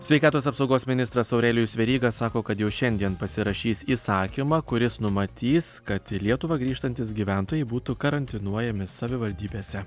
sveikatos apsaugos ministras aurelijus veryga sako kad jau šiandien pasirašys įsakymą kuris numatys kad į lietuvą grįžtantys gyventojai būtų karantinuojami savivaldybėse